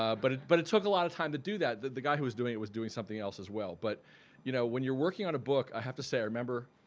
ah but it but it took a lot of time to do that. the guy who was doing it was doing something else as well but you know when you're working on a book i have to say i remember